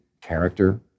character